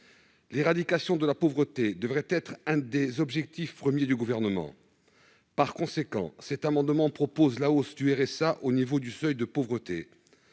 L'éradication de la pauvreté devrait être l'un des objectifs premiers du Gouvernement. Nous proposons donc, par cet amendement, la hausse du RSA au niveau du seuil de pauvreté.